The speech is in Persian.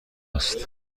است